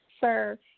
sir